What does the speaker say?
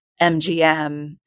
MGM